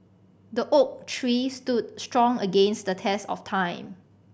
the oak tree stood strong against the test of time